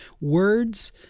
words